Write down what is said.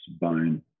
bone